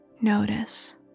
notice